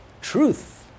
truth